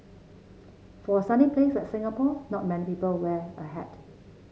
for a sunny place like Singapore not many people wear a hat